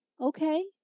Okay